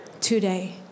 today